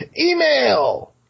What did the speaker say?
Email